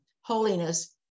holiness